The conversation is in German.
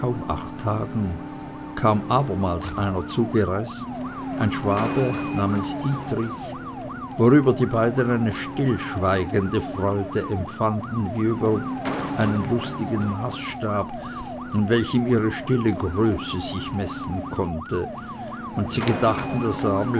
acht tagen kam abermals einer zugereist ein schwabe namens dietrich worüber die beiden eine stillschweigende freude empfanden wie über einen lustigen maßstab an welchem ihre stille größe sich messen konnte und sie gedachten das